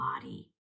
body